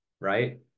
right